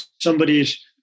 somebody's